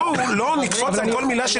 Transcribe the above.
בואו לא נקפוץ על כל מילה.